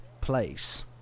place